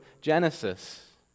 Genesis